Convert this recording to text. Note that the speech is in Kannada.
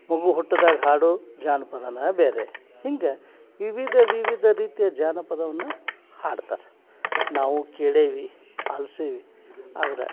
ಮಗು ಹುಟ್ದಾಗ ಹಾಡು ಜಾನ್ಪದನೇ ಬೇರೆ ಹಿಂಗೆ ವಿವಿಧ ವಿವಿಧ ರೀತಿಯ ಜಾನಪದವನ್ನು ಹಾಡ್ತಾರೆ ನಾವು ಕೇಳೇವೆ ಆಲಿಸೀವಿ ಆದ್ರೆ